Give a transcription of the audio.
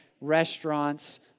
restaurants